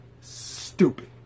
Stupid